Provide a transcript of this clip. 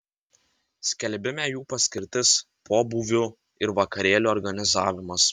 skelbime jų paskirtis pobūvių ir vakarėlių organizavimas